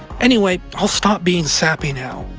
anyway, i'll stop being sappy now.